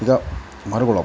ಈಗ ಮರಗಳೋ